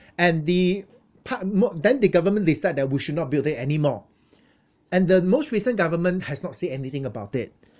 and the part in then the government decide that we should not building anymore and the most recent government has not said anything about it